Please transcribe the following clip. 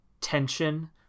tension